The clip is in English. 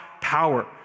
power